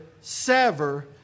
sever